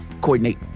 coordinate